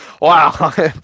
Wow